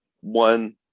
one